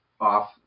off